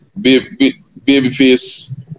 Babyface